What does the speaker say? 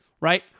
Right